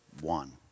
one